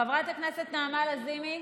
חברת הכנסת נעמה לזימי,